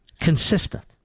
Consistent